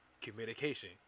Communication